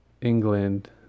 England